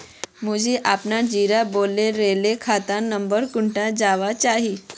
मुई अपना zero balance सेल खाता नंबर कुंडा जानवा चाहची?